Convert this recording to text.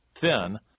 thin